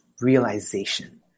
realization